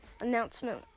announcement